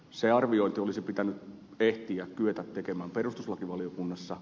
se arviointi olisi pitänyt ehtiä kyetä tekemään perustuslakivaliokunnassa